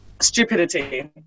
Stupidity